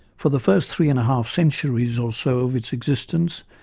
for the first three and a half centuries or so of its existence,